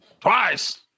Twice